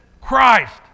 Christ